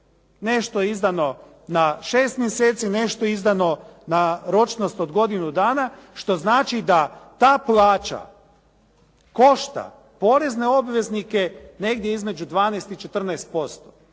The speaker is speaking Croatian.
Nešto je izdano na 6 mjeseci, nešto je izdano na ročnost od godinu dana što znači da ta plaća košta porezne obveznike negdje između 12 i 14%.